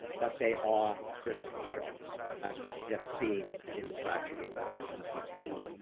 but they are critical jobs. as we have seen in the tragedy of covid nineteen.